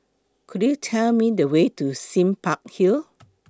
Could YOU Tell Me The Way to Sime Park Hill